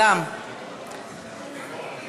אין צורך בתעודות יושר,